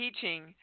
teaching